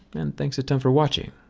and thanks a ton for watching,